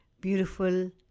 Beautiful